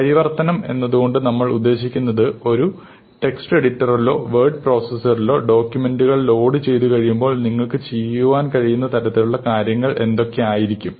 പരിവർത്തനം എന്നതുകൊണ്ട് നമ്മൾ ഉദ്ദേശിക്കുന്നത് ഒരു ടെക്സ്റ്റ് എഡിറ്ററിലോ വേഡ് പ്രോസസ്സറിലോ ഡോക്യൂമെന്റുകൾ ലോഡുചെയ്തു കഴിയുമ്പോൾ നിങ്ങൾക്ക് ചെയ്യാൻ കഴിയുന്ന തരത്തിലുള്ള കാര്യങ്ങൾ എന്തൊക്കെയായിരിക്കും